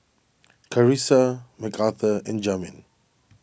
Carissa Mcarthur and Jamin